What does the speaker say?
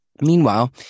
Meanwhile